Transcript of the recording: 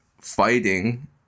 fighting